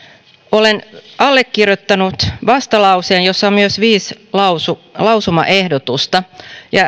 olen allekirjoittanut vastalauseen jossa on myös viisi lausumaehdotusta